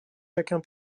chacun